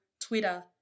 Twitter